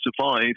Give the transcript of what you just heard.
survive